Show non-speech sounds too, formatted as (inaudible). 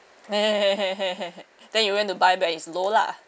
(laughs) then you went to buy when it's low lah